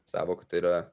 sąvoka tai yra